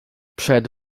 przed